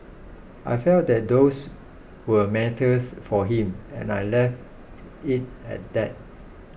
I felt that those were matters for him and I left it at that